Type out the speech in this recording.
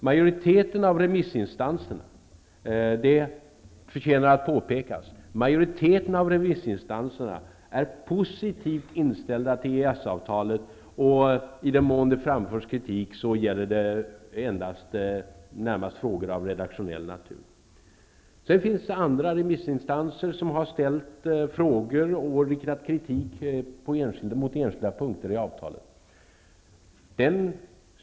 Majoriteten av remissinstanserna -- det förtjänar att påpekas -- är positivt inställda till EES-avtalet, och i den mån det framförs kritik gäller det närmast frågor av redaktionell natur. Sedan finns det andra remissinstanser som ställt frågor och riktat kritik mot enskilda punkter i avtalet.